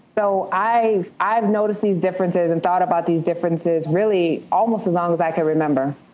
so i've i've noticed these differences and thought about these differences really almost as long as i can remember.